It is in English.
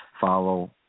follow